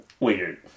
Weird